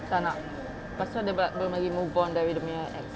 tak nak lepas tu dia belum lagi move on dari dia punya ex